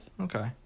Okay